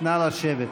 נא לשבת.